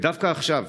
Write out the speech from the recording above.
ודווקא עכשיו,